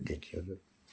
দেখি আছো